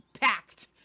packed